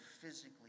physically